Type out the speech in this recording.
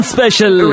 Special